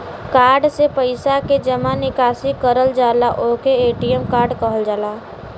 card से पइसा के जमा निकासी करल जाला ओके ए.टी.एम कार्ड कहल जाला